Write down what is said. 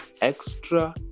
Extra